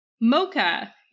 mocha